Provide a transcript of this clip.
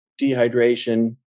dehydration